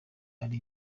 ari